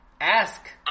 ask